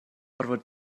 orfod